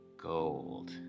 Gold